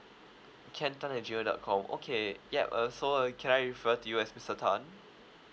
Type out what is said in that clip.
ken tan at Gmail dot com okay yup uh so uh can I refer to you as mister tan